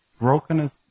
Brokenness